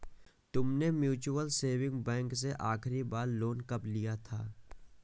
तुमने mutual saving bank से आखरी बार लोन कब लिया था?